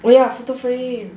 oh ya photo frame